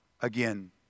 again